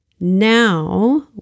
Now